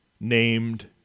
named